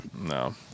No